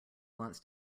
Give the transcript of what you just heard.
wants